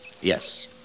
Yes